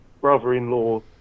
brother-in-law